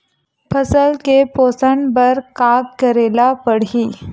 फसल के पोषण बर का करेला पढ़ही?